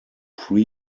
pre